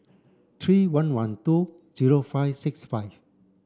three one one two zero five six five